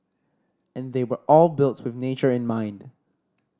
and they were all built with nature in mind